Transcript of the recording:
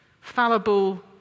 fallible